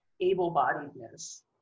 able-bodiedness